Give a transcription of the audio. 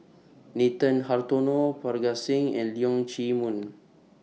Nathan Hartono Parga Singh and Leong Chee Mun